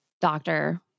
doctor